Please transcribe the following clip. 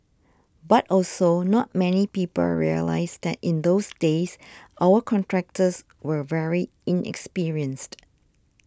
but also not many people realise that in those days our contractors were very inexperienced